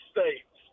States